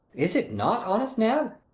is it not, honest nab?